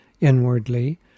inwardly